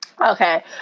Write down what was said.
Okay